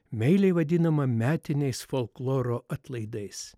meiliai vadinama metiniais folkloro atlaidais